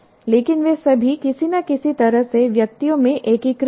लेकिन वे सभी किसी न किसी तरह से व्यक्तियों में एकीकृत हैं